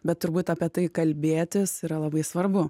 bet turbūt apie tai kalbėtis yra labai svarbu